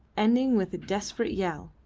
ending with a desperate yell.